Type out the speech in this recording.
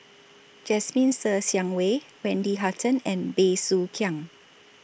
Jasmine Ser Xiang Wei Wendy Hutton and Bey Soo Khiang